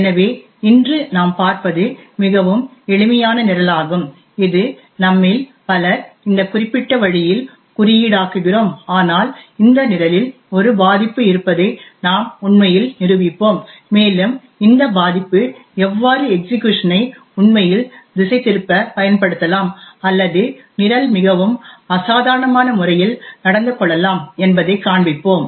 எனவே இன்று நாம் பார்ப்பது மிகவும் எளிமையான நிரலாகும் இது நம்மில் பலர் இந்த குறிப்பிட்ட வழியில் குறியீடாக்குகிறோம் ஆனால் இந்த நிரலில் ஒரு பாதிப்பு இருப்பதை நாம் உண்மையில் நிரூபிப்போம் மேலும் இந்த பாதிப்பு எவ்வாறு எக்சிக்யூஷன் ஐ உண்மையில் திசைதிருப்ப பயன்படுத்தலாம் அல்லது நிரல் மிகவும் அசாதாரணமான முறையில் நடந்து கொள்ளலாம் என்பதைக் காண்பிப்போம்